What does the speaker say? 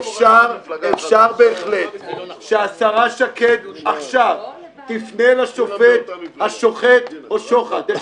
אפשר בהחלט שהשרה שקד תפנה עכשיו לשופט השוחט או שוחט איך